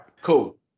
cool